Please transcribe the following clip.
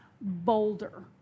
bolder